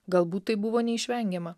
galbūt tai buvo neišvengiama